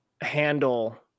handle